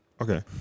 Okay